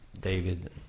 David